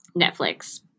Netflix